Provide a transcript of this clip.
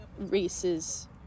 races